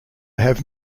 have